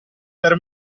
per